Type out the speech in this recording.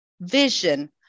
vision